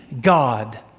God